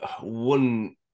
one